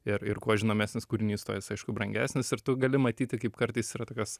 ir ir kuo žinomesnis kūrinys tuo jis aišku brangesnis ir tu gali matyti kaip kartais yra tokios